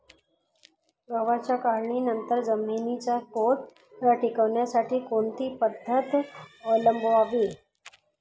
गव्हाच्या काढणीनंतर जमिनीचा पोत टिकवण्यासाठी कोणती पद्धत अवलंबवावी?